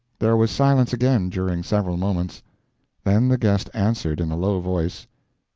there was silence again during several moments then the guest answered, in a low voice,